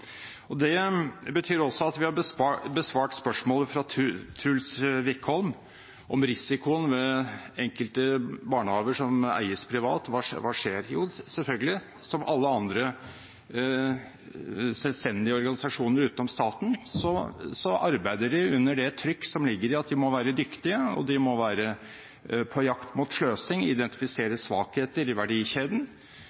Det betyr også at vi har besvart spørsmålet fra Truls Wickholm om risikoen ved enkelte barnehager som eies privat. Hva skjer? Jo, selvfølgelig, som alle andre selvstendige organisasjoner utenom staten så arbeider de under det trykk som ligger i at de må være dyktige, og de må være på jakt mot sløsing,